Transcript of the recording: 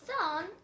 son